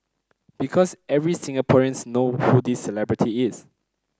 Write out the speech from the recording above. because every Singaporeans know who this celebrity is